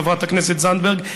חברת הכנסת זנדברג,